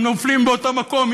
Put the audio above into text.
הם נופלים באותו מקום.